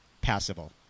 passable